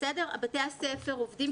בתי הספר עובדים.